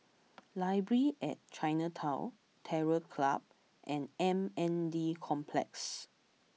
Library at Chinatown Terror Club and M N D Complex